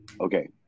okay